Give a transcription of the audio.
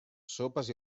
sopes